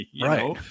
Right